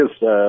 Yes